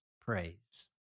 Praise